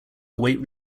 await